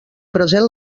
present